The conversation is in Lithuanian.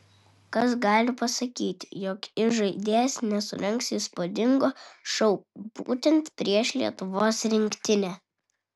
kas gali pasakyti jog įžaidėjas nesurengs įspūdingo šou būtent prieš lietuvos rinktinę